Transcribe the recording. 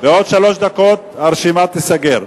בעוד שלוש דקות הרשימה תיסגר.